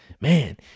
man